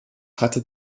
hatte